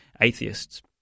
atheists